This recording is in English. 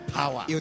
power